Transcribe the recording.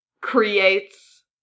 creates